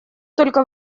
только